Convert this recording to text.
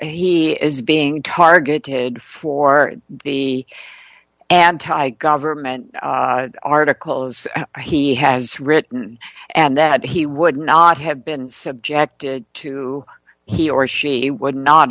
he is being targeted for the anti government articles or he has written and that he would not have been subjected to he or she would not